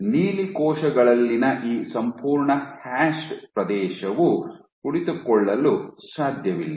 ನೀಲಿ ಕೋಶಗಳಲ್ಲಿನ ಈ ಸಂಪೂರ್ಣ ಹ್ಯಾಶ್ಡ್ ಪ್ರದೇಶವು ಕುಳಿತುಕೊಳ್ಳಲು ಸಾಧ್ಯವಿಲ್ಲ